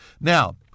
Now